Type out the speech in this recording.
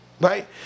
right